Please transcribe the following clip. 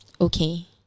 okay